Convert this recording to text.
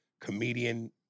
comedian